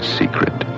secret